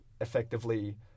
effectively